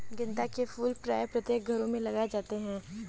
गेंदा के फूल प्रायः प्रत्येक घरों में लगाए जाते हैं